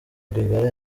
rwigara